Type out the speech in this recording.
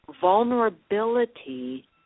vulnerability